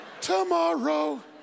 tomorrow